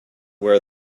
where